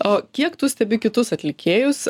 o kiek tu stebi kitus atlikėjus